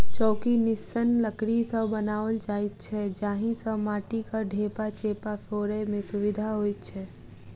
चौकी निस्सन लकड़ी सॅ बनाओल जाइत छै जाहि सॅ माटिक ढेपा चेपा फोड़य मे सुविधा होइत छै